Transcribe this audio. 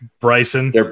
Bryson